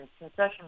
concession